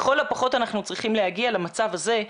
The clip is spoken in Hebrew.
לכל הפחות אנחנו צריכים להגיע למצב הזה.